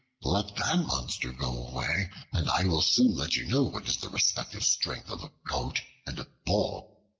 let that monster go away and i will soon let you know what is the respective strength of a goat and a bull.